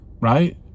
right